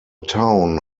town